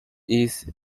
east